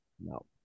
No